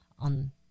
on